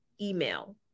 email